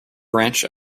branch